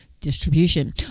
distribution